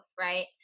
Right